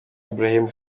ibrahim